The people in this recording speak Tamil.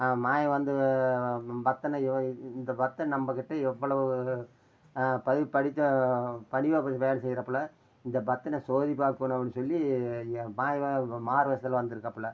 மாயன் வந்து பக்தனையோ இ இ இந்த பக்தன் நம்ம கிட்டே எவ்வளவு படி படித்தும் பணிவாக கொஞ்சம் வேலை செய்கிறாப்புல இந்த பக்தனை சோதி பார்ப்பணும்னு சொல்லி இங்கே மாயவன் மாறுவேஷத்துல வந்திருக்காப்புல